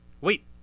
Wait